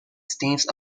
staines